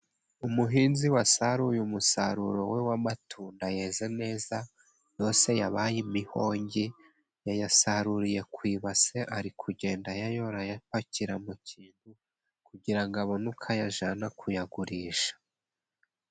Umuhinzi wasaruye umusaruro we w'amatunda yeze neza, yose yabaye imihonge. Yayasaruriye ku ibase, ari kugenda ayayora ayapakira mu kintu, kugira ngo abone uko ayajyana kuyagurisha.